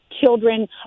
children